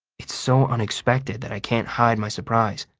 it's so unexpected that i can't hide my surprise.